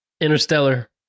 Interstellar